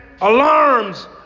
alarms